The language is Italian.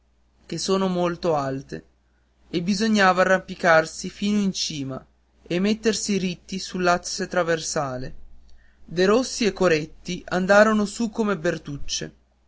che sono alte molto e bisognava arrampicarsi fino in cima e mettersi ritti sull'asse trasversale derossi e coretti andaron su come due